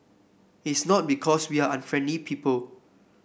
it's not because we are unfriendly people